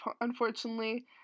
unfortunately